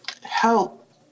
help